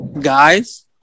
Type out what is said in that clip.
Guys